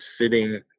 sitting